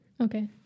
Okay